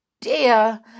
dear